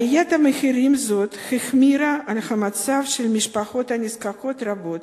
עליית מחירים זאת החמירה את מצבן של משפחות נזקקות רבות